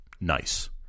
nice